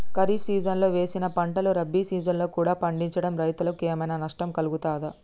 ఖరీఫ్ సీజన్లో వేసిన పంటలు రబీ సీజన్లో కూడా పండించడం రైతులకు ఏమైనా నష్టం కలుగుతదా?